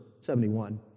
71